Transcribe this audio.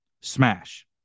Smash